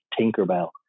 Tinkerbell